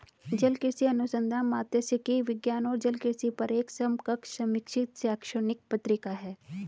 जलकृषि अनुसंधान मात्स्यिकी विज्ञान और जलकृषि पर एक समकक्ष समीक्षित शैक्षणिक पत्रिका है